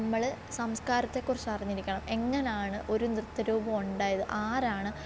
നമ്മൾ സംസ്കാരത്തെ കുറിച്ച് അറിഞ്ഞിരിക്കണം എങ്ങനെയാണ് ഒരു നൃത്തരൂപം ഉണ്ടായത് ആരാണ്